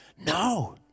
No